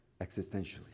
existentially